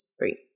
three